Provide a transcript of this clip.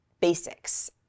basics